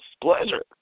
pleasure